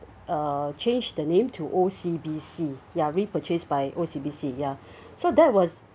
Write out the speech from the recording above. uh change the name to O_C_B_C ya re-purchase by O_C_B_C ya so that was